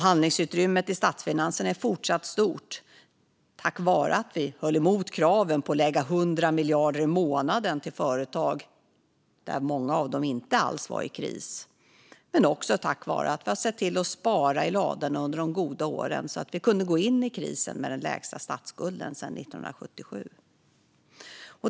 Handlingsutrymmet i statsfinanserna är fortsatt stort tack vare att vi höll emot kraven på att lägga 100 miljarder i månaden till företag som, många av dem, inte alls var i kris men också tack vare att vi har sparat i ladorna under de goda åren så att vi kunde gå in i krisen med den lägsta statsskulden sedan 1977.